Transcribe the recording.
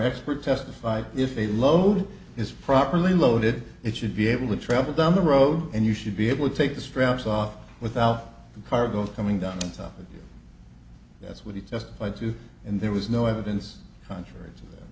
expert testified if they load is properly loaded it should be able to travel down the road and you should be able to take the straps off without the cargo coming down on top of you that's what he testified to and there was no evidence contrary to th